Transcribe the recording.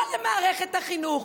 לא למערכת החינוך,